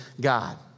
God